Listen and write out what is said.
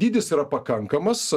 dydis yra pakankamas